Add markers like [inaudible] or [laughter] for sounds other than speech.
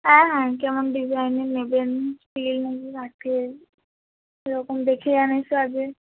হ্যাঁ হ্যাঁ কেমন ডিজাইনের নেবেন [unintelligible] আছে সেরকম দেখে যান এসে আগে